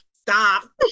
Stop